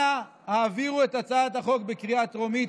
אנא העבירו את הצעת החוק בקריאה טרומית.